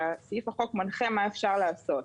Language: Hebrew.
וסעיף החוק מנחה מה אפשר לעשות.